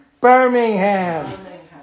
Birmingham